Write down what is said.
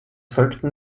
folgten